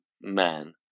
man